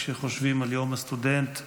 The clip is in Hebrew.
כשחושבים על יום הסטודנט,